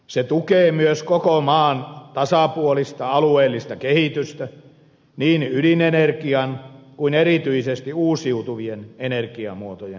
se tukee myös koko maan tasapuolista alueellista kehitystä niin ydinenergian kuin erityisesti uusiutuvien energiamuotojen osalta